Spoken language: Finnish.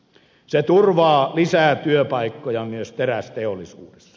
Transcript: se turvaa lisää työpaikkoja myös terästeollisuudessa